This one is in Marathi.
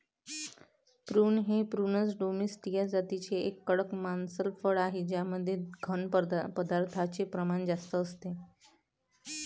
प्रून हे प्रूनस डोमेस्टीया जातीचे एक कडक मांसल फळ आहे ज्यामध्ये घन पदार्थांचे प्रमाण जास्त असते